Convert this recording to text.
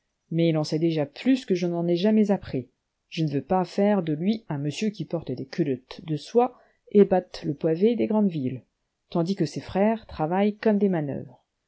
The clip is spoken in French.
mais il en sait déjà plus que je n'en ai jamais appris je ne veux pas faire de lui un monsieur qui porte des culottes de soie et batte le pavé des grandes villes taftdis que ses frères travaillent comme des manœuvres